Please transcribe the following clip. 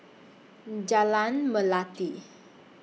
Jalan Melati